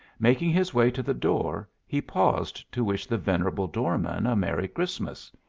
making his way to the door, he paused to wish the venerable doorman a merry christmas.